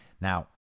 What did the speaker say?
Now